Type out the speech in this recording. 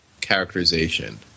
characterization